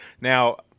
Now –